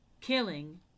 killing